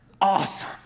Awesome